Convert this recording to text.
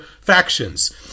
factions